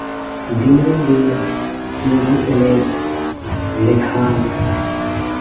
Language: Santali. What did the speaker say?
ᱫᱤᱱᱟᱹᱢ ᱜᱮ ᱪᱷᱤᱸᱰᱩ ᱮᱱᱮᱡ ᱞᱮᱠᱷᱟᱱ